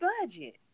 budget